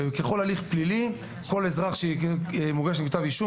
וככל הליך פלילי כל אזרח שמוגש נגדו כתב אישום,